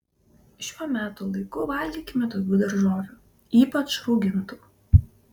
šiuo metų laiku valgykime daugiau daržovių ypač raugintų